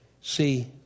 See